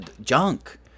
junk